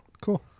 Cool